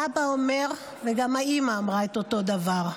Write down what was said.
האבא אומר וגם האימא אמרה את אותו דבר: